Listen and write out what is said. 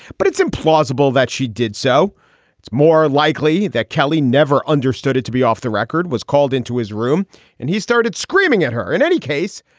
but it's implausible that she did so it's more likely that kelly never understood it to be off the record was called into his room and he started screaming at her. in any case,